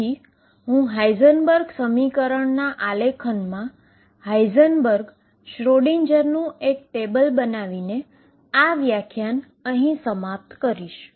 તેથી હું હાઈઝનબર્ગ સમીકરણના આલેખનમા હાઈઝનબર્ગ શ્રોડિંજરનું Schrödingerએક ટેબલ બનાવીને આ વ્યાખ્યાનની સમાપ્તિ કરીશ